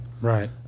Right